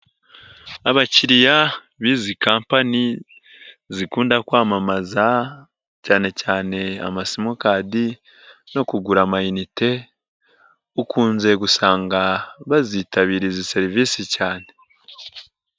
Abakiriya b'izi kampani, zikunda kwamamaza cyane cyane amasimukadi no kugura amayinite, ukunze gusanga bazitabira izi serivisi cyane.